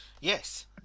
yes